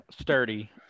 sturdy